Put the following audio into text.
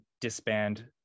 disband